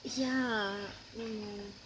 ya mm